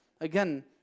Again